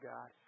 God